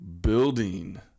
building